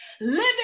living